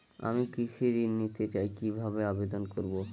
আমি কৃষি ঋণ নিতে চাই কি ভাবে আবেদন করব?